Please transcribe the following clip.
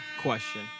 question